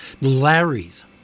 Larry's